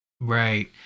Right